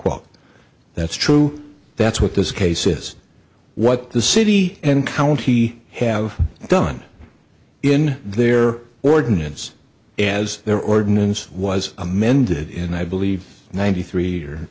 quote that's true that's what this case is what the city and county have done in their ordinance as their ordinance was amended in i believe ninety three